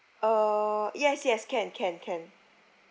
uh yes yes can can can